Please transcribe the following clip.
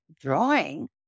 drawing